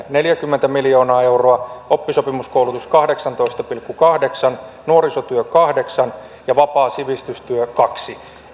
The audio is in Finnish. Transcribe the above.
neljäkymmentä miljoonaa euroa oppisopimuskoulutukseen kahdeksantoista pilkku kahdeksan nuorisotyöhön kahdeksan ja vapaaseen sivistystyöhön kaksi